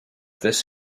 this